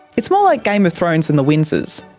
it's more like game of thrones than the windsors,